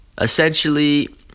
Essentially